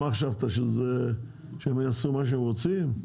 מה חשבת שהם יעשו מה שהם רוצים?